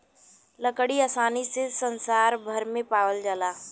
लकड़ी आसानी से संसार भर में पावाल जाला